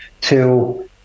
till